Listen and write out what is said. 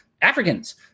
Africans